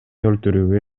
өлтүрүүгө